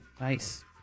Nice